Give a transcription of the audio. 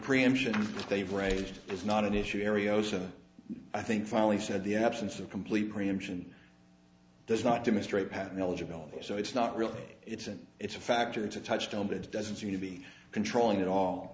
preemption they've raised is not an issue area osa i think finally said the absence of complete preemption does not demonstrate patent eligibility so it's not really it's and it's a factor to touched on it doesn't seem to be controlling at all